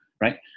right